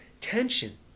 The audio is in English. Tension